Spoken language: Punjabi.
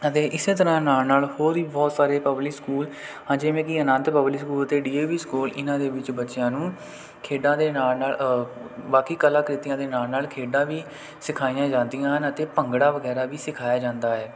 ਅਤੇ ਇਸ ਤਰ੍ਹਾਂ ਨਾਲ ਨਾਲ ਹੋਰ ਵੀ ਬਹੁਤ ਸਾਰੇ ਪਬਲਿਕ ਸਕੂਲ ਹਨ ਜਿਵੇਂ ਕਿ ਅਨੰਤ ਪਬਲਿਕ ਸਕੂਲ ਅਤੇ ਡੀ ਏ ਵੀ ਸਕੂਲ ਇਹਨਾਂ ਦੇ ਵਿੱਚ ਬੱਚਿਆਂ ਨੂੰ ਖੇਡਾਂ ਦੇ ਨਾਲ ਨਾਲ ਬਾਕੀ ਕਲਾਕ੍ਰਿਤੀਆਂ ਦੇ ਨਾਲ ਨਾਲ ਖੇਡਾਂ ਵੀ ਸਿਖਾਈਆਂ ਜਾਂਦੀਆਂ ਹਨ ਅਤੇ ਭੰਗੜਾ ਵਗੈਰਾ ਵੀ ਸਿਖਾਇਆ ਜਾਂਦਾ ਹੈ